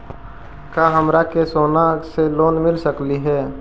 का हमरा के सोना से लोन मिल सकली हे?